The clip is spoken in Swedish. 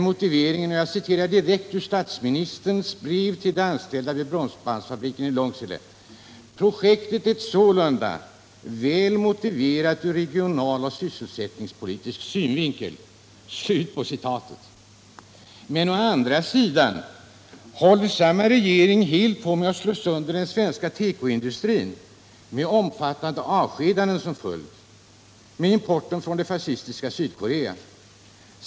Motiveringen härför är — och nu citerar jag direkt ur statsministerns brev till de anställda vid Bromsbandsfabriken i Långsele: ”Projektet är sålunda väl motiverat ur regionaloch sysselsättningspolitisk synvinkel.” Å andra sidan håller samma regering nu på att helt slå sönder den svenska tekoindustrin, med omfattande avskedanden som följd, genom importen från det fascistiska Sydkorea.